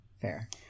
fair